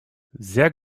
sehr